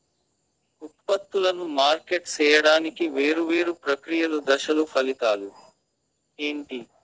ఉత్పత్తులను మార్కెట్ సేయడానికి వేరువేరు ప్రక్రియలు దశలు ఫలితాలు ఏంటి?